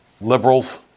liberals